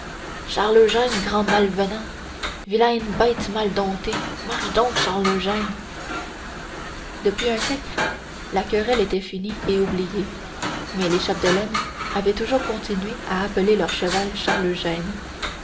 charles eugène grand malavenant vilaine bête mal domptée marche donc charles eugène depuis un siècle la querelle était finie et oubliée mais les chapdelaine avaient toujours continué à appeler leur cheval